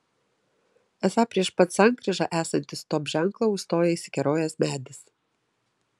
esą prieš pat sankryžą esantį stop ženklą užstoja įsikerojęs medis